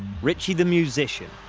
ritchie, the musician,